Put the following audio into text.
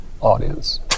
audience